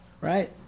right